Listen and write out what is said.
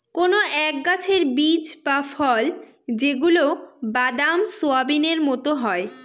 কোনো এক গাছের বীজ বা ফল যেগুলা বাদাম, সোয়াবিনের মতো হয়